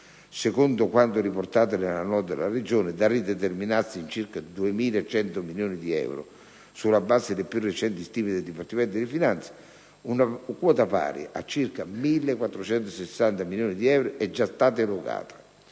secondo quanto riportato nella nota della Regione, da rideterminarsi in circa 2.100 milioni di euro sulla base delle più recenti stime del Dipartimento delle finanze, una quota pari a circa 1.460 milioni di euro è già stata erogata